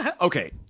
Okay